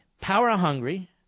power-hungry